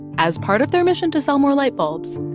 as part of their mission to sell more light bulbs,